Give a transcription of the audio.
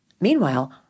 meanwhile